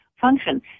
function